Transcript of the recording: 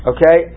Okay